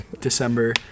December